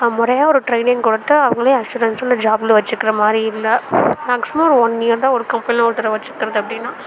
முறையாக ஒரு ட்ரெய்னிங் கொடுத்து அவங்களே அசுரன்ஸ் உள்ள ஜாப்பில் வச்சிக்கிறமாதிரி இல்லை மேக்ஸிமம் ஒரு ஒன் இயர் தான் ஒரு கம்பெனியில ஒருத்தரை வச்சுக்கிறது அப்படின்னா